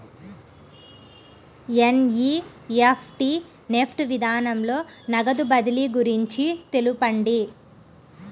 NEFT NEFT విధానంలో నగదు బదిలీ గురించి తెలుపండి?